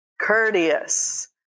Courteous